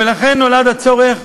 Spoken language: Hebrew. ולכן נולד הצורך